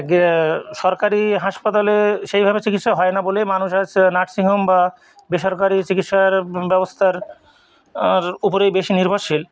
গে সরকারী হাসপাতালে সেইভাবে চিকিৎসা হয় না বলেই মানুষ আজ নার্সিংহোম বা বেসরকারী চিকিৎসার ব্যবস্থার উপরেই নির্ভরশীল